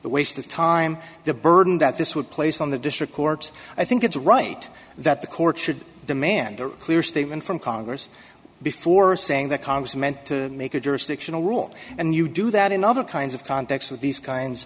the waste of time the burden that this would place on the district courts i think it's right that the court should demand a clear statement from congress before saying that congress meant to make a jurisdictional rule and you do that in other kinds of context with these kinds